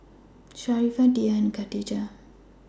Sharifah Dhia and Khatijah